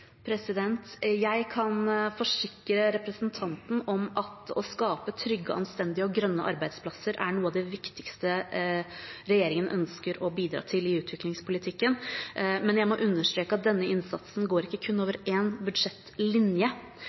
Jeg kan forsikre representanten om at å skape trygge, anstendige og grønne arbeidsplasser er noe av det viktigste regjeringen ønsker å bidra til i utviklingspolitikken. Men jeg må understreke at denne innsatsen går ikke kun over én budsjettlinje.